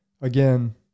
Again